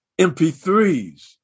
MP3s